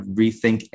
rethink